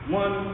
one